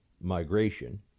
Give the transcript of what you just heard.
migration